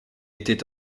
était